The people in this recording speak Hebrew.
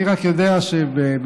אני רק יודע שבמפגש